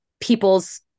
people's